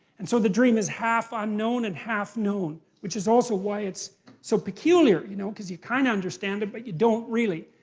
and so the dream is half unknown and half known. which is also why it's so peculiar, you know, because you kind of understand it, but you don't really.